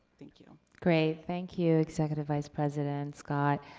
thank you. great, thank you, executive vice-president scott,